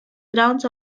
grounds